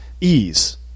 ease